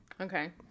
Okay